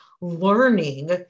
learning